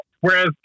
Whereas